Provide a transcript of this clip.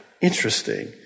Interesting